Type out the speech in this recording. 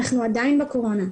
אנחנו עדיין בקורונה,